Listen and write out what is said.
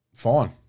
fine